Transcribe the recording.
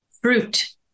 Fruit